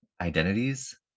identities